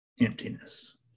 emptiness